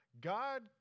God